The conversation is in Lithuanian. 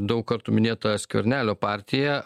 daug kartų minėta skvernelio partija